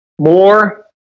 more